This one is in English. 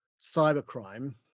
cybercrime